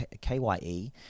K-Y-E